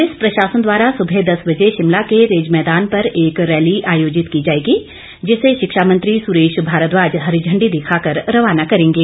police प्रशासन द्वारा सुबह दस बजे शिमला के रिज मैदान पर एक रैली आयोजित की जाएगी जिसे शिक्षा मंत्री सुरेश भारद्वाज हरी झंडी दिखाकर रवाना करेंगे